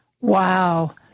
Wow